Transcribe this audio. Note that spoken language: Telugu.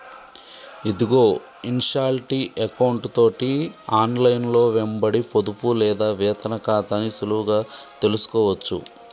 ఇదిగో ఇన్షాల్టీ ఎకౌంటు తోటి ఆన్లైన్లో వెంబడి పొదుపు లేదా వేతన ఖాతాని సులువుగా తెలుసుకోవచ్చు